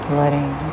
letting